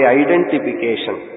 identification